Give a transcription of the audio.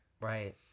right